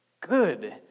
good